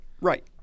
right